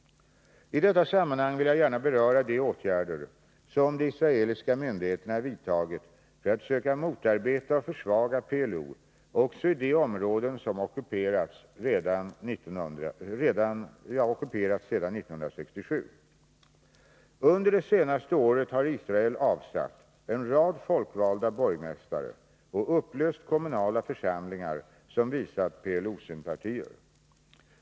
I detta sammanhang vill jag gärna beröra de åtgärder som de israeliska myndigheterna vidtagit för att söka motarbeta och försvaga PLO också i de områden som ockuperas sedan 1967. Under det senaste året har Israel avsatt en rad folkvalda borgmästare och upplöst kommunala församlingar som visat PLO-sympatier.